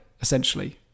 essentially